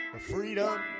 Freedom